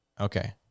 Okay